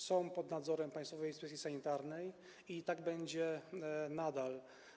są pod nadzorem Państwowej Inspekcji Sanitarnej i tak będzie nadal.